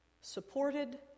supported